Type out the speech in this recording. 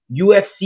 UFC